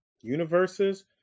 universes